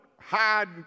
hide